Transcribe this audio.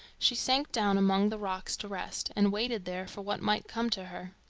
she sank down among the rocks to rest, and waited there for what might come to her.